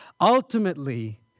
Ultimately